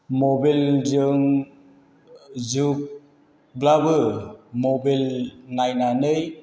mobile जुगब्लाबो mobile नायनानै